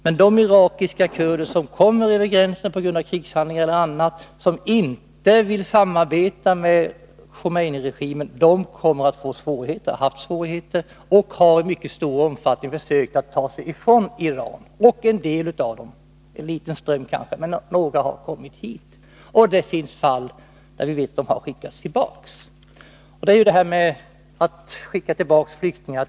Men de irakiska kurder som flyr över gränsen på grund av krigshandlingar etc. och som inte vill samarbeta med Khomeiniregimen kommer att få, och har haft, svårigheter. I mycket stor omfattning har de försökt att ta sig från Iran. Några av dem har kommit hit. I en del fall har sådana flyktingar skickats tillbaka.